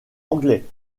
anglais